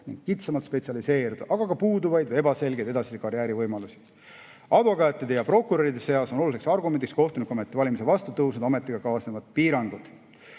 ega kitsamalt spetsialiseeruda –, aga ka puuduvaid või ebaselgeid edasisi karjäärivõimalusi. Advokaatide ja prokuröride seas on oluliseks argumendiks kohtunikuameti valimise vastu ametiga kaasnevad piirangud.